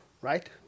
right